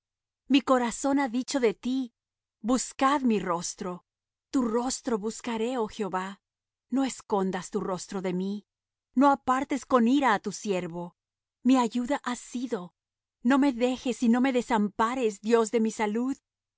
mi corazón ha dicho de ti buscad mi rostro tu rostro buscaré oh jehová no escondas tu rostro de mí no apartes con ira á tu siervo mi ayuda has sido no me dejes y no me desampares dios de mi salud